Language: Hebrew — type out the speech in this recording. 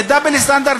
זה double standards,